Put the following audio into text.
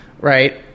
Right